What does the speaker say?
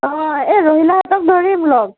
অ' এই ৰহিলাহঁতক ধৰিম লগ